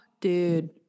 dude